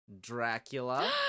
Dracula